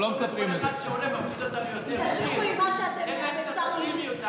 יעלה ויבוא חבר הכנסת רון כץ.